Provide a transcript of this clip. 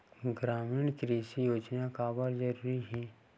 ग्रामीण कृषि योजना काबर जरूरी हे?